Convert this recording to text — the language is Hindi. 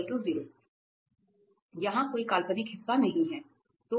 तो और यहाँ कोई काल्पनिक हिस्सा नहीं है